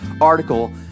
article